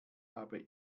habe